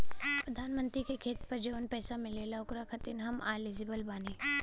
प्रधानमंत्री का खेत पर जवन पैसा मिलेगा ओकरा खातिन आम एलिजिबल बानी?